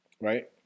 right